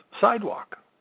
sidewalk